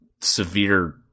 severe